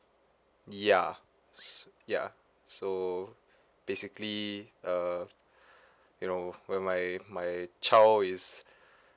yeah yeah so basically uh you know when my my child is